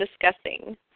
discussing